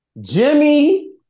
Jimmy